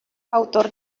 autor